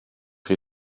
chi